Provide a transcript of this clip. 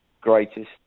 greatest